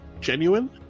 genuine